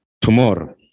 tomorrow